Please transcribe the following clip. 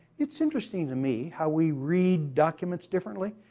it's interesting to me how we read documents differently.